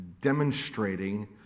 demonstrating